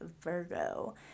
Virgo